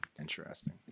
Interesting